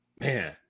man